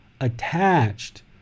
attached